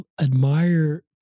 admire